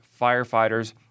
firefighters